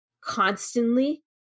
constantly